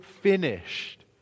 finished